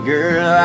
Girl